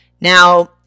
now